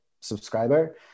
subscriber